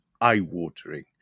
eye-watering